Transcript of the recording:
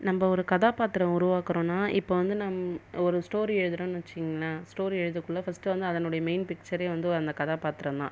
நம்ம ஒரு கதாபாத்திரம் உருவாக்குகிறோனா இப்போ வந்து நம்ம ஒரு ஸ்டோரி எழுதுகிறோம்னு வச்சுங்கள ஸ்டோரி எழுதற்குள்ள ஃபர்ஸ்ட் அதனுடைய மெயின் பிட்சரே வந்து அந்த கதாபாத்திரம் தான்